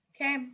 Okay